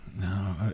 no